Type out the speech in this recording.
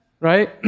Right